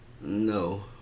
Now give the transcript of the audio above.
No